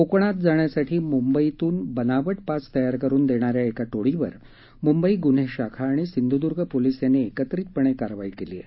कोकणात जाण्यासाठी मुंबईतून बनावट पास तयार करून देणाऱ्या एका टोळीवर मुंबई गुन्हे शाखा आणि सिंधुदुर्ग पोलिस यांनी एकत्रितपणे कारवाई केली आहे